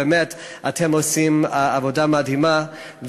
אתם באמת עושים עבודה מדהימה,